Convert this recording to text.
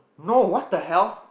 no what the hell